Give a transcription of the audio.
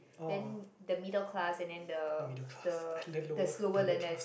then the middle class and then the the the slower learners